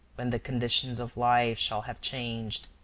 when the conditions of life shall have changed.